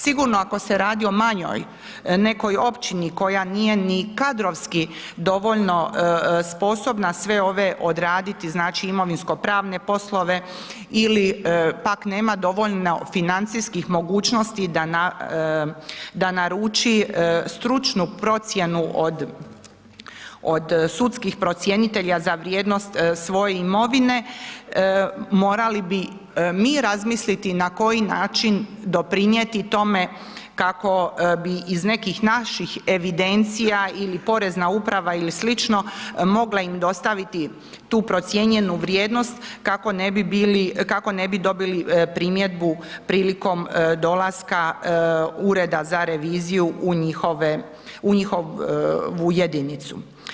Sigurno ako se radi o manjoj nekoj općini koja nije ni kadrovski dovoljno sposobna sve ove odraditi, znači, imovinsko pravne poslove ili pak nema dovoljno financijskih mogućnosti da naruči stručnu procjenu od sudskih procjenitelja za vrijednost svoje imovine, morali bi mi razmisliti na koji način doprinjeti tome kako bi iz nekih naših evidencija ili Porezna uprava ili sl., mogla im dostaviti tu procijenjenu vrijednost kako ne bi dobili primjedbu prilikom dolaska Ureda za reviziju u njihovu jedinicu.